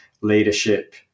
leadership